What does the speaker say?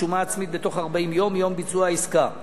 שומה עצמית בתוך 40 יום מיום ביצוע העסקה.